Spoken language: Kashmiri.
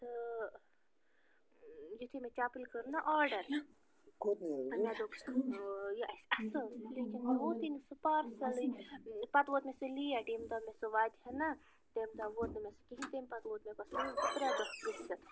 تہٕ یُتھٕے مےٚ چپٕنۍ کٔر نا آرڈر مےٚ دوٚپ یہِ آسہِ اصٕل لیکِن مےٚ ووتٕے نہٕ سُہ پارسلٕے پتہٕ ووت مےٚ سُہ لیٹ ییٚمہِ دۄہ مےٚ سُہ سُہ واتہِ ہہ نا تَمہِ ووت نہٕ مےٚ سُہ کِہیٖنۍ تَمہِ پتہٕ ووت مےٚ سُہ ترٛےٚ دۄہ گٔژھِتھ